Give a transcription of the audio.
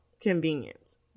convenience